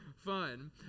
fun